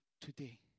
today